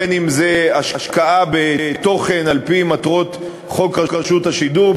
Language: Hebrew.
בין אם זו השקעה בתוכן על-פי מטרות חוק רשות השידור,